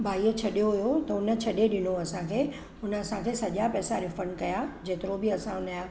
भाई छॾियो हुओ त हुन छॾे ॾिनो असांखे हुन असांजा सॼा पैसा रिफंड कया जेतिरो बि असां उनजा